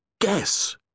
Guess